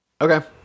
okay